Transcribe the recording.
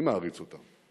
אני מעריץ אותן,